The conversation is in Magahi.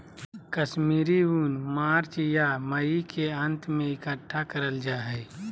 कश्मीरी ऊन मार्च या मई के अंत में इकट्ठा करल जा हय